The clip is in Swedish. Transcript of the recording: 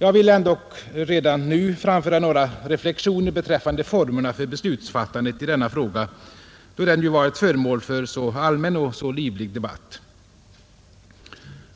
Jag vill dock redan nu göra några reflexioner beträffande formerna för beslutsfattandet i denna fråga, då de ju varit föremål för en allmän och livlig debatt.